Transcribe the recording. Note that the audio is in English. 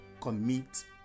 Commit